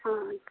ہاں